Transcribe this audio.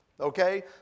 Okay